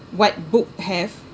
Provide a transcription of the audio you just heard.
what book have